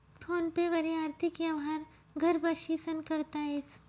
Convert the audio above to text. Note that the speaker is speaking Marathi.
फोन पे वरी आर्थिक यवहार घर बशीसन करता येस